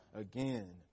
again